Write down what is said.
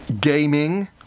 gaming